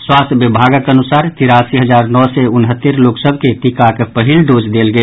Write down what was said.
स्वास्थ्य विभागक अनुसार तिरासी हजार नओ सय उनहत्तरि लोक सभ के टीकाक पहिल डोज देल गेल